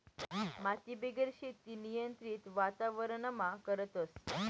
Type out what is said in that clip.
मातीबिगेर शेती नियंत्रित वातावरणमा करतस